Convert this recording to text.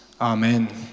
Amen